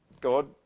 God